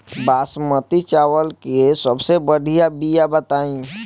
बासमती चावल के सबसे बढ़िया बिया बताई?